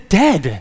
dead